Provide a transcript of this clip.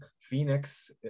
Phoenix